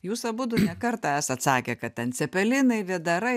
jūs abudu ne kartą esat sakę kad ten cepelinai vėdarai